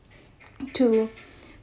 to